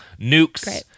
Nukes